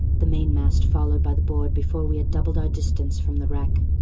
the mainmast followed by the board before we had doubled our distance from the wreck.